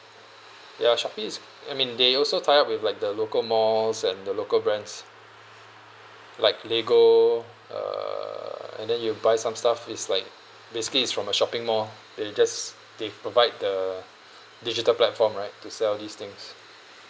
ya Shopee is I mean they also tie-up with like the local malls and the local brands like lego err and then you buy some stuff is like basically is from a shopping mall they just they provide the digital platform right to sell all these things